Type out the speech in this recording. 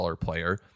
player